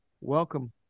welcome